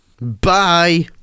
Bye